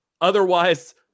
otherwise